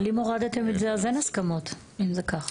אבל אם הורדתם את זה, אז אין הסכמות, אם זה ככה.